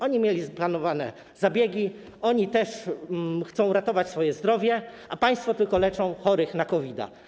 Oni mieli planowane zabiegi, oni też chcą ratować swoje zdrowie, a państwo tylko leczą chorych na COVID.